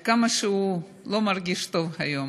הוא לא מרגיש טוב היום